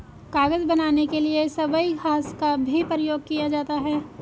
कागज बनाने के लिए सबई घास का भी प्रयोग किया जाता है